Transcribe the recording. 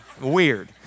weird